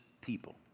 people